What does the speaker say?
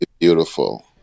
Beautiful